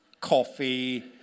coffee